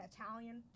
Italian